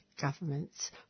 governments